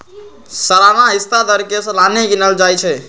सलाना हिस्सा दर के सलाने गिनल जाइ छइ